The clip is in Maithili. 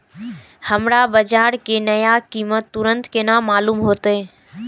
हमरा बाजार के नया कीमत तुरंत केना मालूम होते?